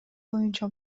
боюнча